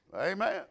Amen